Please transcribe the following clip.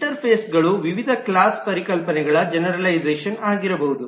ಇಂಟರ್ಫೇಸ್ಗಳು ವಿವಿಧ ಕ್ಲಾಸ್ ಪರಿಕಲ್ಪನೆಗಳ ಜೆನೆರಲೈಝಷನ್ ಆಗಿರಬಹುದು